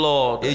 Lord